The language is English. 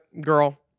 girl